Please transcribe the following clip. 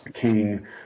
King